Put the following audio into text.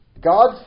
God's